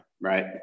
right